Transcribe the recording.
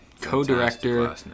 co-director